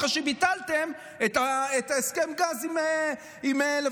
אחרי שביטלתם את הסכם הגז עם לבנון.